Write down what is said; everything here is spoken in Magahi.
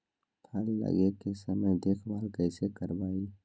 फल लगे के समय देखभाल कैसे करवाई?